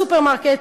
בסופרמרקט,